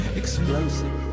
explosive